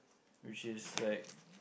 which is like